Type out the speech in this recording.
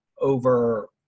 over